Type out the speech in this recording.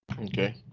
Okay